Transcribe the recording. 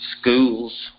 schools